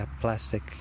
plastic